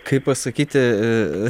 kaip pasakyti